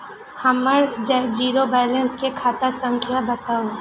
हमर zero balance के खाता संख्या बतबु?